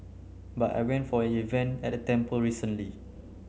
but I went for an event at a temple recently